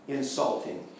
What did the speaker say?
insulting